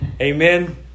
amen